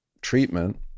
treatment